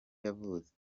yavutse